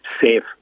safe